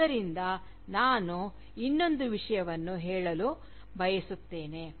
ಆದ್ದರಿಂದ ನಾನು ಇಲ್ಲಿ ಇನ್ನೊಂದು ವಿಷಯವನ್ನು ಹೇಳಲು ಬಯಸುತ್ತೇನೆ